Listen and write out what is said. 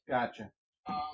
Gotcha